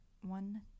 One